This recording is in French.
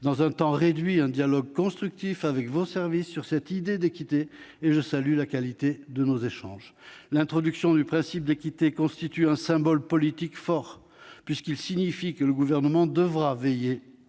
dans un temps réduit un dialogue constructif avec vos services sur cette idée d'équité- je salue la qualité de nos échanges. L'introduction du principe d'équité constitue un symbole politique fort, puisqu'il signifie que le Gouvernement devra veiller à rétablir